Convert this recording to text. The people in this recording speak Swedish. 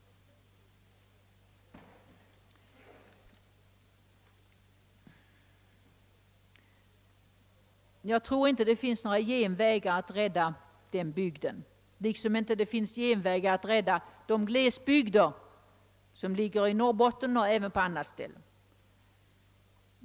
Jag tror inte, att det finns några genvägar att rädda den bygden, liksom det inte finns genvägar att rädda de glesbygder, som ligger i Norrbotten eller på annat ställe.